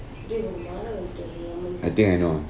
I think I know